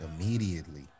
immediately